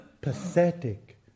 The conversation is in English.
pathetic